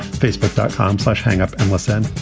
facebook dot com slash hang up and listen.